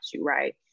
right